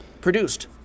Produced